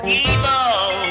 evil